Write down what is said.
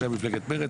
שהיה ממפלגת מרצ,